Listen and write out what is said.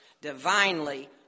divinely